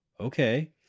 okay